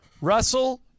Russell